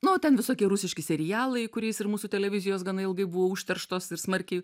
nu ten visokie rusiški serialai kuriais ir mūsų televizijos gana ilgai buvo užterštos ir smarkiai